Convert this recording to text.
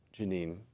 Janine